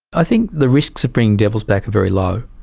i think the risks of bringing devils back are very low,